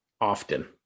often